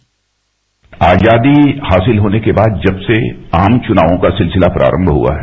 bite आजादी हासिल होने के बाद जब से आम चुनावों का सिलसिला प्रारम्भ हुआ है